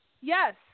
yes